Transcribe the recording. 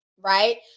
right